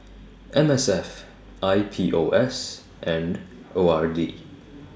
M S F I P O S and O R D